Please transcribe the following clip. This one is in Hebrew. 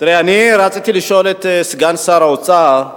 רציתי לשאול את סגן שר האוצר,